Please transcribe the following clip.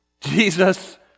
Jesus